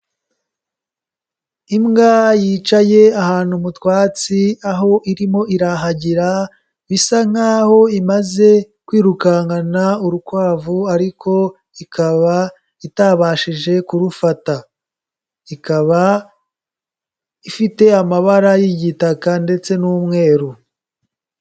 Imbwa yicaye ahantu mu twatsi, aho irimo irahagira, bisa nkaho imaze kwirukankana urukwavu ariko ikaba itabashije kurufata, ikaba ifite amabara y'igitaka ndetse n'umweru.